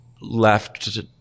left